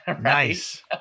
nice